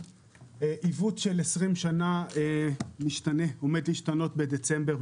עיוות של עשרים שנה עומד להשתנות בדצמבר,